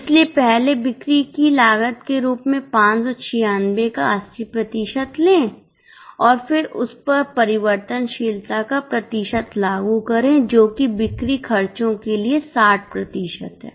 इसलिए पहले बिक्री की लागत के रूप में 596 का 80 प्रतिशत लें और फिर उस पर परिवर्तनशीलता का प्रतिशत लागू करें जो कि बिक्री खर्चों के लिए 60 प्रतिशत है